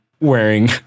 wearing